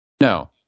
No